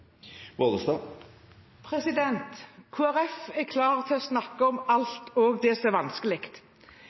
er klar til å snakke om alt, også det som er vanskelig.